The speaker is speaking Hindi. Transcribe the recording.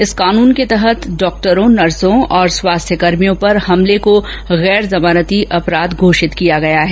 इस कानून के तहत डॉक्टरों नर्सों और स्वास्थ्यकर्मियों पर हमले को गैर जमानती अपराध घोषित किया गया है